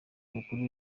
umukuru